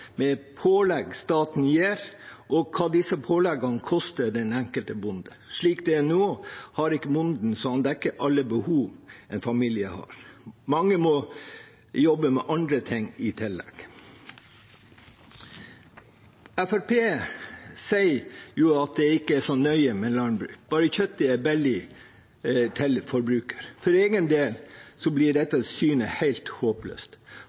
staten gir, og hva disse påleggene koster den enkelte bonde. Slik det er nå, har ikke bonden så han dekker alle behov en familie har. Mange må jobbe med andre ting i tillegg. Fremskrittspartiet sier at det ikke er så nøye med landbruket bare kjøttet er billig for forbrukeren. For egen del blir dette synet helt håpløst.